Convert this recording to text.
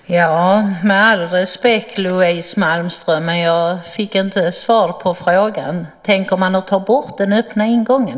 Herr talman! Med all respekt, Louise Malmström: Jag fick inte svar på frågan. Tänker man ta bort den öppna ingången?